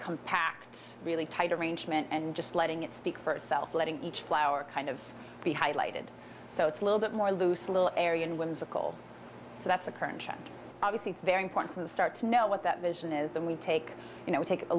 compact really tight arrangement and just letting it speak for itself letting each flower kind of be highlighted so it's a little bit more loose a little area and whimsical so that's the current obviously very important to start to know what that vision is and we take you know take a